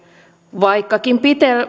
vaikkakin